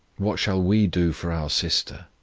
what shall we do for our sister,